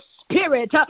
spirit